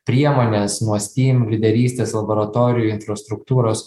priemonės nuo stym lyderystės laboratorijų infrastruktūros